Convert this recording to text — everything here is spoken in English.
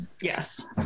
Yes